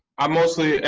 i'm mostly,